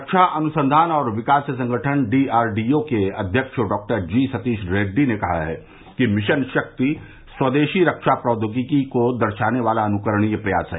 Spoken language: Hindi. रक्षा अनुसंघान और विकास संगठन डीआरडीओ के अध्यक्ष डॉक्टर जी सतीश रेडडी ने कहा है कि मिशन शक्ति स्वदेशी रक्षा प्रौद्योगिकी को दर्शोने वाला अनुकरणीय प्रयास है